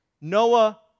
noah